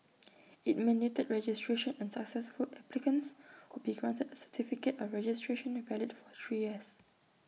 IT mandated registration and successful applicants would be granted A certificate of registration valid for three years